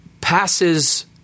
passes